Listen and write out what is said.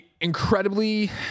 incredibly